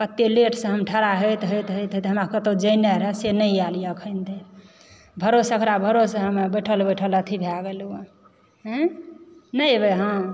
एतए लेटसे हम ठड़ा होइत होइत होइत होइत हमरा कतहुँ जेनाइ रहय से नहि आयल अखन धरि भरोसे ओकरा भरोसे हम बैठल बैठल अथी भऽ गेलहुँ हँ आयँनहि एबय अहाँ